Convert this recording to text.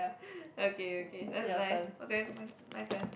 okay okay that's nice okay my my turn